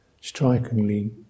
strikingly